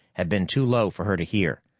had been too low for her to hear,